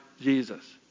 Jesus